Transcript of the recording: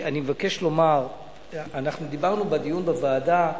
אנחנו דיברנו בדיון בוועדה.